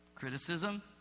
Criticism